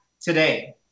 today